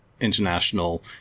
International